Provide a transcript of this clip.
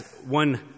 one